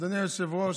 אדוני היושב-ראש,